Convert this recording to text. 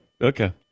okay